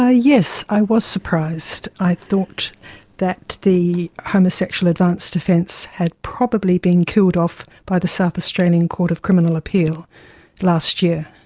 ah yes, i was surprised. i thought that the homosexual advance defence had probably been killed off by the south australian court of criminal appeal last year.